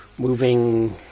moving